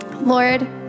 Lord